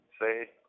say